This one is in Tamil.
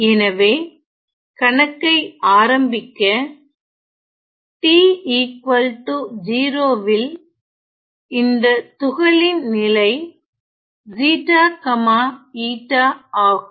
எனவே கணக்கை ஆரம்பிக்க t 0 வில் இந்த துகளின் நிலை ஆகும்